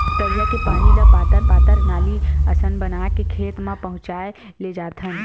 तरिया के पानी ल पातर पातर नाली असन बना के खेत म पहुचाए लेजाथन